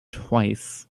twice